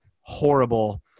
horrible